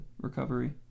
recovery